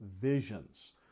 visions